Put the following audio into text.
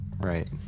Right